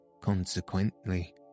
Consequently